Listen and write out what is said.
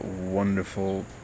wonderful